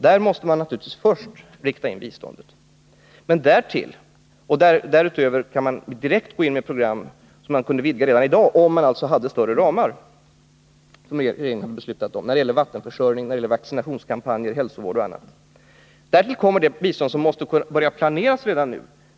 Därutöver kunde man redan i dag direkt gå in med utvidgningar av olika program, om man hade större ramar än vad regeringen beslutat om, när det gäller vattenförsörjning, vaccinationskampanjer, hälsovård och annat. Därtill kommer det bistånd som redan nu måste börja planeras.